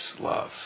love